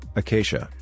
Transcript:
acacia